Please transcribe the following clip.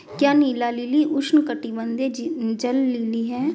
क्या नीला लिली उष्णकटिबंधीय जल लिली है?